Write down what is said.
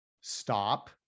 stop